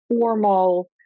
formal